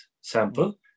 sample